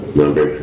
number